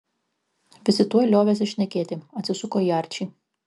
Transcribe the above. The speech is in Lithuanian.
visi tuoj liovėsi šnekėti atsisuko į arčį